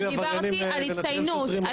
דיברתי על הצטיינות.